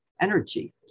energy